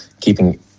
keeping